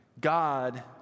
God